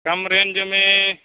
کم range میں